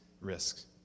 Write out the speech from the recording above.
risks